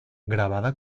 grabada